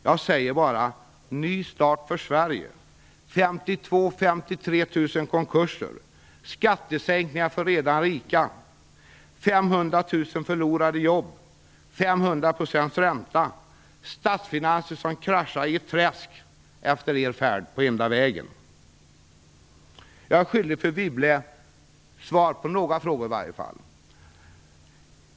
Jag säger bara "Ny start för Sverige" - 52 000-53 000 konkurser, skattesänkningar för redan rika, 500 000 förlorade jobb, 500 % ränta, statsfinanser som kraschade i ett träsk efter er färd på Enda vägen. Jag är skyldig fru Wibble svar på några frågor.